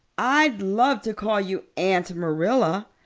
i'd love to call you aunt marilla,